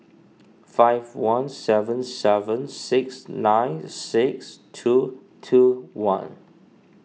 five one seven seven six nine six two two one